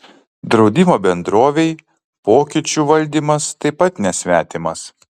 draudimo bendrovei pokyčių valdymas taip pat nesvetimas